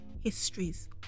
histories